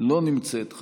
לא נמצאת,